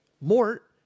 Mort